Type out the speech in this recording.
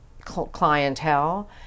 clientele